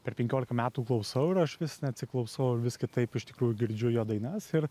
per penkiolika metų klausau ir aš vis neatsiklausau ir vis kitaip iš tikrųjų girdžiu jo dainas ir